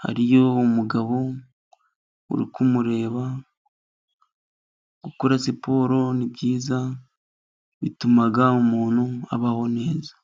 hariyo umugabo uri kumureba, gukora siporo ni byiza, bituma umuntu abaho neza.